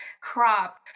crop